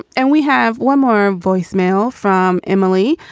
and we have one more voicemail from emily,